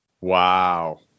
Wow